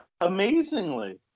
Amazingly